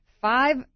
five